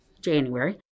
January